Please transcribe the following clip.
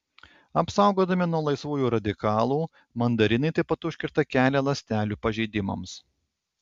apsaugodami nuo laisvųjų radikalų mandarinai taip pat užkerta kelią ląstelių pažeidimams